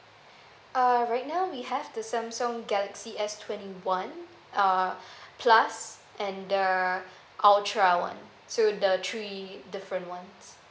err right now we have the samsung galaxy S twenty one uh plus and the ultra one so the three different ones